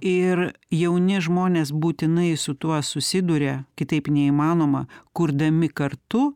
ir jauni žmonės būtinai su tuo susiduria kitaip neįmanoma kurdami kartu